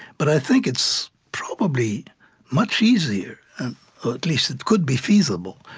but i think it's probably much easier, or, at least, it could be feasible,